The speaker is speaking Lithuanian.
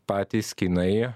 patys kinai